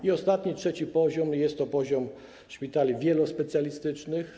I ostatni, trzeci poziom, jest to poziom szpitali wielospecjalistycznych.